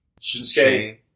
Shinsuke